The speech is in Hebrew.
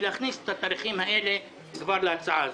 להכניס את התאריכים האלה כבר להצעה הזו.